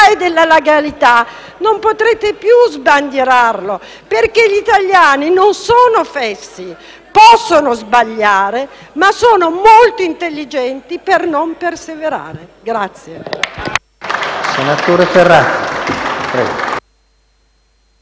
e della legalità non potrete più sbandierarlo. Perché gli italiani non sono fessi: possono sbagliare, ma sono molto intelligenti nel non perseverare.